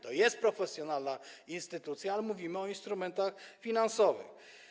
To jest profesjonalna instytucja, ale mówimy o instrumentach finansowych.